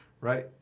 right